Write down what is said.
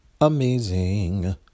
Amazing